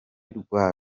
rwa